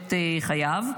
משענת חייו,